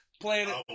Planet